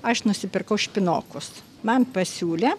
aš nusipirkau špinokus man pasiūlė